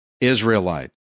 Israelite